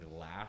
laugh